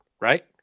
right